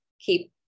keep